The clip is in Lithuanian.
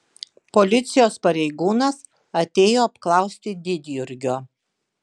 policijos pareigūnas atėjo apklausti didjurgio